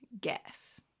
guess